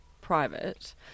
private